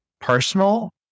personal